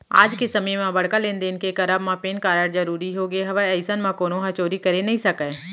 आज के समे म बड़का लेन देन के करब म पेन कारड जरुरी होगे हवय अइसन म कोनो ह चोरी करे नइ सकय